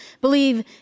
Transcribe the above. believe